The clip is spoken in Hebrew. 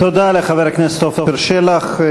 תודה לחבר הכנסת עפר שלח.